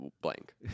blank